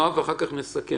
נועה, ואחר כך נסכם.